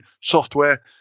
software